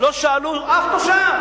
לא שאלו אף תושב,